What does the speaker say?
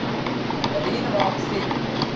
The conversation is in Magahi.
ऋण वापसी?